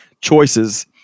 choices